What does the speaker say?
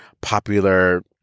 popular